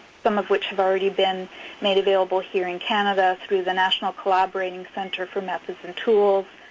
some of which have already been made available here in canada through the national collaborating center for methods and tools,